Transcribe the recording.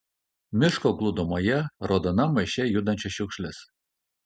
miško glūdumoje raudonam maiše judančios šiukšlės